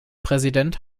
präsident